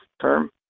term